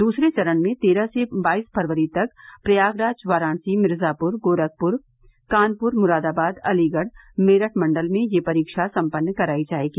दूसरे चरण में तेरह से बाईस फरवरी तक प्रयागराज वाराणसी मिर्जापुर गोरखपुर कानपुर मुरादाबाद अलीगढ़ और मेरठ मण्डल में यह परीक्षा सम्पन्न करायी जायेगी